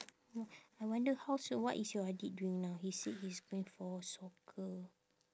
oh I wonder how's your what is your adik doing now he said he's going for soccer